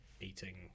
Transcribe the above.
eating